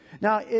Now